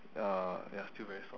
uh ya still very soft